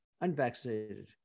unvaccinated